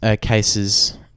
cases